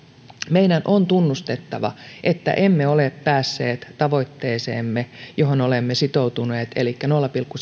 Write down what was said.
meidän on tunnustettava että emme ole päässeet tavoitteeseemme johon olemme sitoutuneet elikkä nolla pilkku